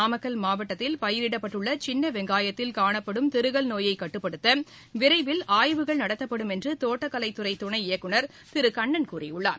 நாமக்கல் மாவட்டத்தில் பயிரிடப்பட்டுள்ள சின்ன வெங்காயத்தில் காணப்படும் திருகல் நோயை கட்டுப்படுத்த விரைவில் ஆய்வுகள் நடத்தப்படும் என்று தோட்டக்கலைத்துறை துணை இயக்குனர் திரு கண்ணன் கூறியுள்ளார்